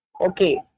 Okay